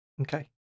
okay